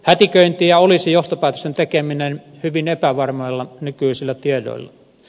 hätiköintiä olisi johtopäätösten tekeminen hyvin epävarmoilla nykyisillä tiedoilla